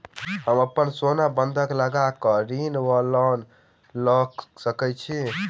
हम अप्पन सोना बंधक लगा कऽ ऋण वा लोन लऽ सकै छी?